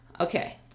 Okay